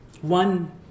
one